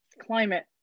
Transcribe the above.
climate